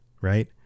right